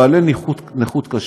עם נכות קשה.